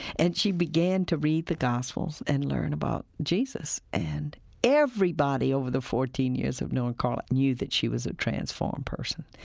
and she began to read the gospels and learn about jesus. and everybody over the fourteen years who'd known karla knew that she was a transformed person,